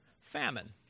famine